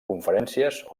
conferències